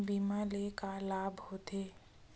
बीमा ले का लाभ होथे?